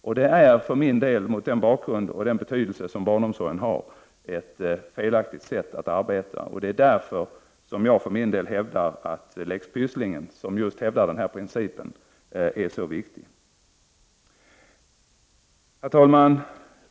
Det är för min del, mot den bakgrunden och med den betydelse som barnomsorgen har, ett felaktigt sätt att arbeta. Det är därför jag hävdar att Lex Pysslingen, som just framhåller denna princip, är så viktig. Herr talman!